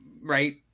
Right